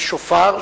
שופר,